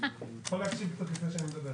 יכול להציג תוך כדי שאני מדבר.